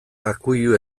akuilu